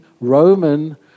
Roman